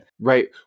Right